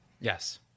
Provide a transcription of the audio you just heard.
Yes